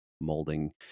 molding